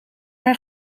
daar